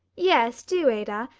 yes, do, ada.